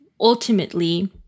ultimately